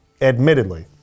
admittedly